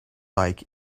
like